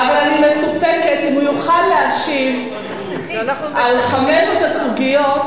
אבל אני מסופקת אם הוא יוכל להשיב על חמש הסוגיות